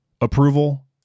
Approval